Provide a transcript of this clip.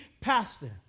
Pastor